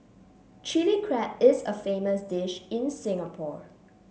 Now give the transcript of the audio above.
Chilli Crab is a famous dish in Singapore